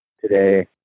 today